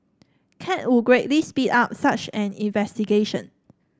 cat would greatly speed up such an investigation